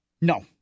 No